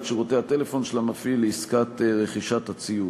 שירותי הטלפון של המפעיל לעסקת רכישת הציוד.